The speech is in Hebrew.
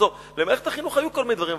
במערכת החינוך היו כל מיני דברים,